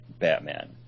Batman